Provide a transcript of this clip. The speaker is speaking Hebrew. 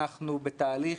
אנחנו בתהליך.